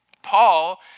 Paul